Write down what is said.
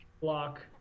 Block